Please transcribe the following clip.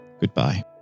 goodbye